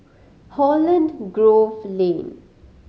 Holland Grove Lane